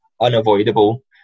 unavoidable